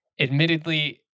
Admittedly